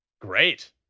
great